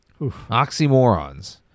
Oxymorons